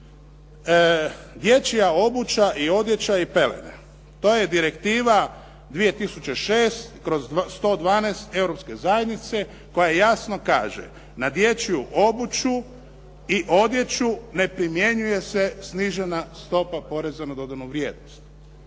dječja obuća i odjeća i pelene, to je Direktiva 2006/112 Europske zajednice koja jasno kaže: "Na dječju obuću i odjeću ne primjenjuje se snižena stopa poreza na dodanu vrijednost.".